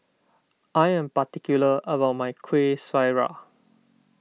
I am particular about my Kueh Syara